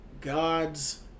God's